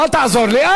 אל תעזור לי.